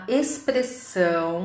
expressão